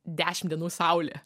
dešim dienų saulė